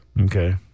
Okay